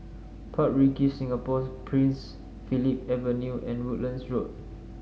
Park Regis Singapore Prince Philip Avenue and Woodlands Road